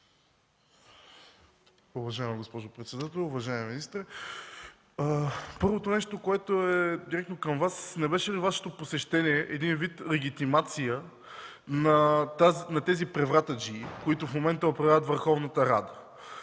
Благодаря, госпожо председател. Уважаеми господин министър, първото нещо, което е директно към Вас: не беше ли Вашето посещение един вид легитимация на тези превратаджии, които в момента управляват Върховната рада?